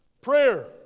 Prayer